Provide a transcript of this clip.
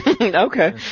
Okay